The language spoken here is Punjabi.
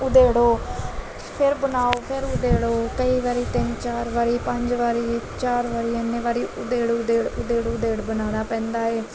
ਉਧੇੜੋ ਫਿਰ ਬਣਾਓ ਫਿਰ ਉਧੇੜੋ ਕਈ ਵਾਰੀ ਤਿੰਨ ਚਾਰ ਵਾਰੀ ਪੰਜ ਵਾਰੀ ਚਾਰ ਵਾਰੀ ਇੰਨੇ ਵਾਰੀ ਉਧੇੜ ਉਧੇੜ ਉਧੇੜ ਉਧੇੜ ਬਣਾਉਣਾ ਪੈਂਦਾ ਏ